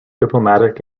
diplomatic